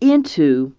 into